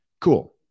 Cool